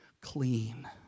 clean